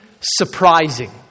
surprising